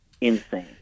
Insane